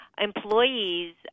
employees